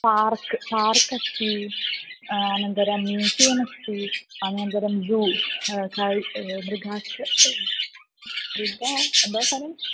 park park अस्ति अनन्तरं museum अस्ति अनन्तरं ज़ू मृगाश्च दुर्गा बसारन्